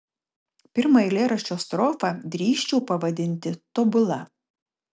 pirmąją eilėraščio strofą drįsčiau pavadinti tobula